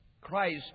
Christ